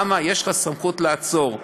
יש לך סמכות לעצור,